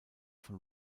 von